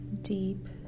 deep